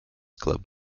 club